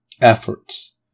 efforts